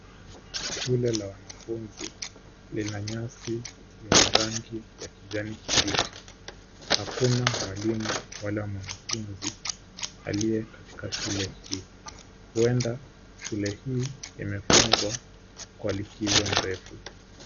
Shule la wanafunzi lina nyasi yenye rangi ya kijani kibichi. Hakuna mwalimu wala mwanafunzi aliye katika shule hii. Huenda shule hii imefungwa kwa likizo mrefu.